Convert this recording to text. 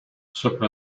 sopra